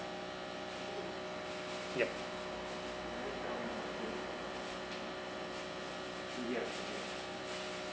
yup yup